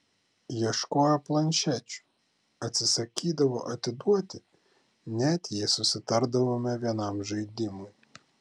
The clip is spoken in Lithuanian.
ieškojo planšečių atsisakydavo atiduoti net jei susitardavome vienam žaidimui